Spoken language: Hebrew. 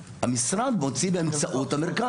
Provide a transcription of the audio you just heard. המשרד מוציא באמצעות המרכז.